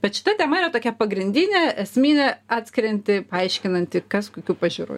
bet šita tema yra tokia pagrindinė esminė atskirianti paaiškinanti kas kokių pažiūrų